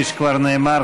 כפי שכבר נאמר,